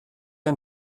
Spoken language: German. ein